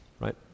right